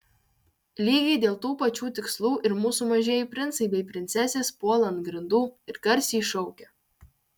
lygiai dėl tų pačių tikslų ir mūsų mažieji princai bei princesės puola ant grindų ir garsiai šaukia